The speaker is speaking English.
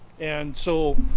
and so